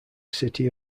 city